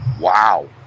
Wow